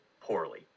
poorly